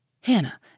Hannah